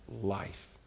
life